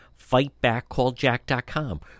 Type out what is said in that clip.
fightbackcalljack.com